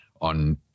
on